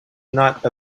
not